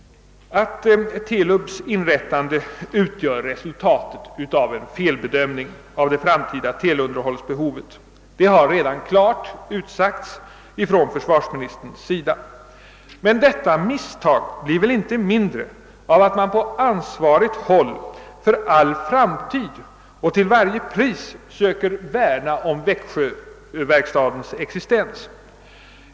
Att TELUB:s inrättande utgör resultatet av en felbedömning av det fram tida teleunderhållsbehovet har redan klart utsagts av försvarsministern. Men detta misstag blir väl inte mindre av att man på ansvarigt håll för all framtid och till varje pris söker värna om växjöverkstadens existens.